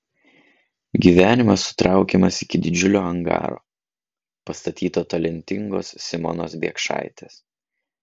gyvenimas sutraukiamas iki didžiulio angaro pastatyto talentingos simonos biekšaitės